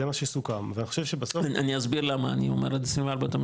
זה מה שסוכם ואני חושב שבסוף --- אני אסביר למה אני אומר 24-23,